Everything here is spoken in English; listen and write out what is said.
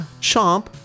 Chomp